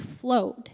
flowed